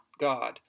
God